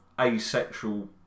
asexual